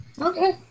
Okay